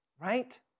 right